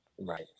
Right